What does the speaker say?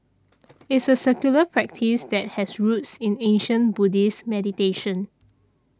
it's a secular practice that has roots in ancient Buddhist meditation